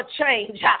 change